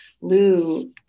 Lou